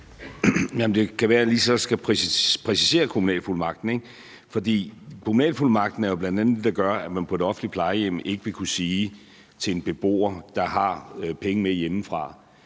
det kan være, at jeg så lige skal præcisere kommunalfuldmagten, ikke? Kommunalfuldmagten er jo bl.a. det, der gør, at man på et offentligt plejehjem ikke vil kunne sige til en beboer, der har penge med hjemmefra: